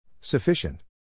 Sufficient